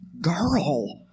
girl